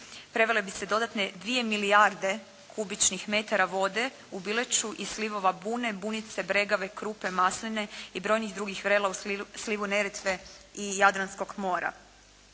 prevele bi se dodatne 2 milijarde kubičnih metara vode u Bileću i slivova Bune, Bunice, Bregave, Krupe, Masline i brojnih drugih vrela u slivu Neretve i Jadranskog mora.